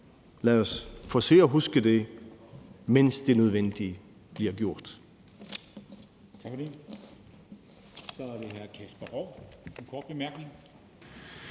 Lad os forsøge at huske det, mens det nødvendige bliver gjort.